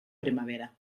primavera